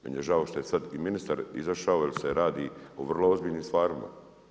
Meni je žao što je sad i ministar izašao jer se radi o vrlo ozbiljnim stvarima.